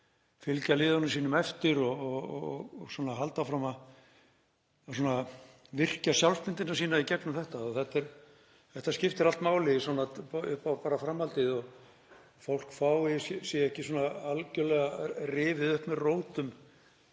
fylgja liðunum sínum eftir og halda áfram að virkja sjálfsmyndina sína í gegnum þetta. Þetta skiptir allt máli upp á framhaldið, að fólk sé ekki algerlega rifið upp með rótum